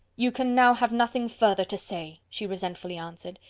you can now have nothing further to say, she resentfully answered.